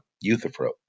Euthyphro